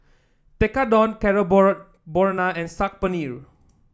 Tekkadon and Saag Paneer